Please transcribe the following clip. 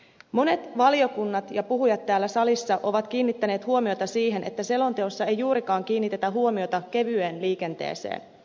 monet valiokunnat ja puhujat täällä salissa ovat kiinnittäneet huomiota siihen että selonteossa ei juurikaan kiinnitetä huomiota kevyeen liikenteeseen